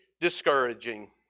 discouraging